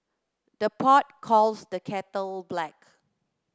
the pot calls the kettle black